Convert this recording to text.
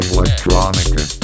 Electronica